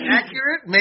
accurate